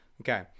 Okay